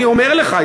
אני אומר לך,